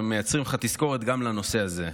אבל מייצרים לך תזכורת גם לנושא הזה.